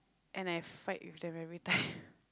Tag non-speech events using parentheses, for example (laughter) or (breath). and I fight with them everytime (breath)